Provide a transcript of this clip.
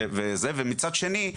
ומצד שני,